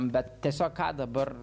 bet tiesiog ką dabar